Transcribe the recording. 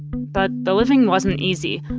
but the living wasn't easy.